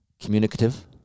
communicative